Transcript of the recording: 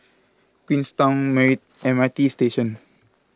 Queenstown marry M R T Station